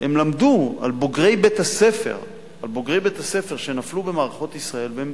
למדו על בוגרי בית-הספר שנפלו במערכות ישראל והם